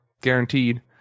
guaranteed